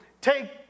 take